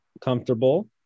comfortable